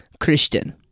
Christian